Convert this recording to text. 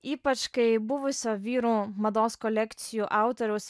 ypač kai buvusio vyrų mados kolekcijų autoriaus